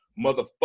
motherfucker